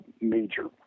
major